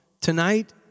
tonight